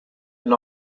and